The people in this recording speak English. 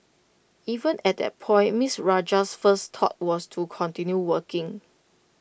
even at that point miss Rajah's first thought was to continue working